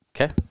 Okay